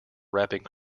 wrapping